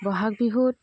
বহাগ বিহুত